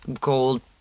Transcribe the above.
Gold